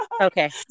Okay